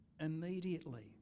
immediately